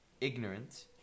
ignorant